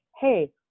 hey